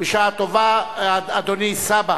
בשעה טובה, אדוני סבא,